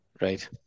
Right